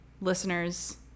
Listeners